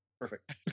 perfect